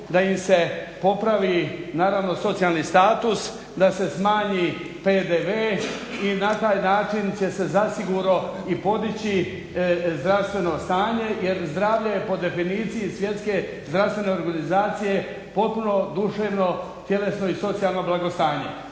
da im se popravi naravno socijalni status, da se smanji PDV i na taj način će se zasigurno podići zdravstveno stanje jer zdravlje po definiciji Svjetske zdravstvene organizacije, potpuno duševno, tjelesno i socijalno blagostanje.